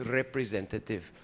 representative